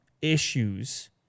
issues